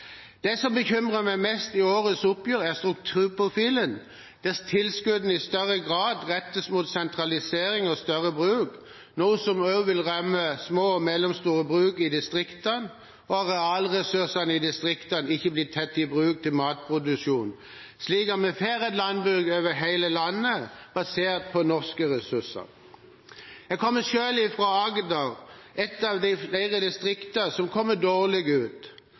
Det som bekymrer meg mest med årets oppgjør, er strukturprofilen. Tilskuddene rettes i større grad mot sentralisering og større bruk – noe som også vil ramme små og mellomstore bruk i distriktene – og arealressursene i distriktene blir ikke tatt i bruk til matproduksjon for å gi oss et landbruk over hele landet basert på norske ressurser. Jeg kommer selv fra Agder, ett av flere distrikt som kommer dårlig ut,